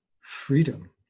freedom